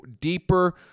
deeper